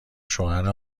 شوهر